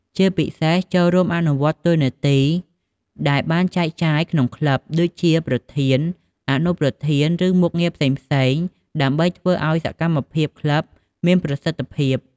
ជាពិសេស ចូលរួមអនុវត្តតួនាទីដែលបានចែកចាយក្នុងក្លឹប ដូចជាប្រធាន អនុប្រធាន ឬមុខងារផ្សេងៗ ដើម្បីធ្វើឲ្យសកម្មភាពក្លឹបមានប្រសិទ្ធភាព។